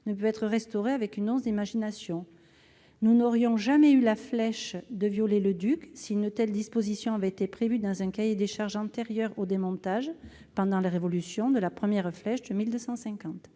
ne peut être restaurée avec une once d'imagination. Nous n'aurions jamais eu la flèche de Viollet-le-Duc si une telle disposition avait été prévue dans un cahier des charges antérieur au démontage, pendant la Révolution, de la première flèche de 1250.